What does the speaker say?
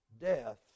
Death